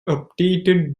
updated